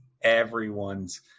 everyone's